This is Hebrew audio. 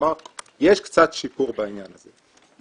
כלומר יש קצת שיפור בעניין הזה.